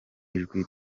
ijwi